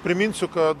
priminsiu kad